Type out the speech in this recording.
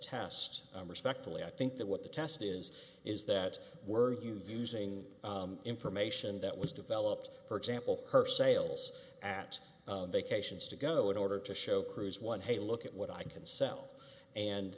test respectfully i think that what the test is is that we're using information that was developed for example her sales at vacations to go in order to show cruise one hey look at what i can sell and